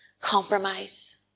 compromise